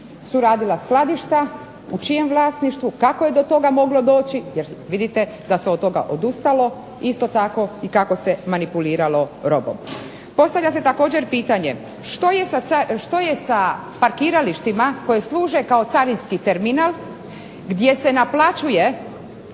su radila skladišta, u čijem vlasništvu, kako je do toga moglo doći? Jer vidite da se od toga odustalo. Isto tako i kako se manipuliralo robom. Postavlja se također pitanje što je sa pakiralištima koji služe kao carinski terminal gdje se naplaćuje